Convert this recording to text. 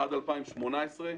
עד 2018,